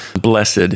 blessed